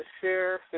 share